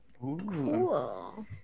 Cool